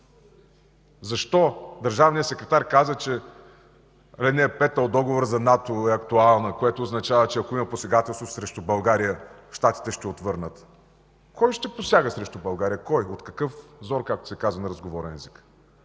Защо държавният секретар каза, че ал. 5 от Договора за НАТО е актуална, което означава, че ако има посегателство срещу България, Щатите ще отвърнат? Кой ще посяга срещу България, кой, от какъв зор, както се казва на разговорен език?